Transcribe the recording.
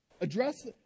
Address